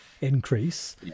increase